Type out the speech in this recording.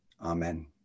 amen